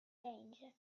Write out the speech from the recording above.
danger